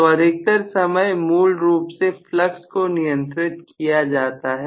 तो अधिकतर समय मूल रूप से फ्लक्स को नियंत्रित किया जाता है